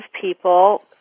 people